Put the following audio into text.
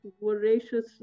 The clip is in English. voracious